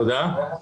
תודה.